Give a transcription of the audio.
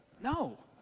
No